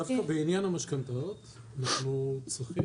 דווקא בעניין המשכנתאות אנחנו צריכים